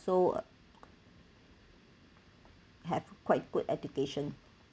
have quite good education